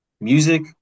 music